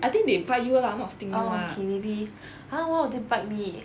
I think they bite you ah not sting you ah